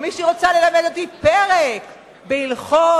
או מישהי רוצה ללמד אותי פרק בהלכות